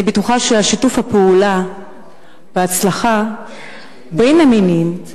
אני בטוחה ששיתוף הפעולה בהצלחה בין המינים,